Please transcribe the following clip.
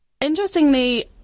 interestingly